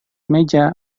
meja